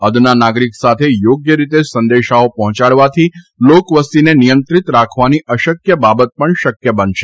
અદના નાગરિક સાથે થોગ્ય રીતે સંદેશાઓ પહોંચાડવાથી લોકવસતીને નિયંત્રીત રાખવાની અશક્ય બાબત પણ શક્ય બની શકશે